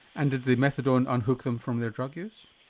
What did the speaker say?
and did the methadone unhook them from their drug use?